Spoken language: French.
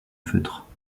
feutre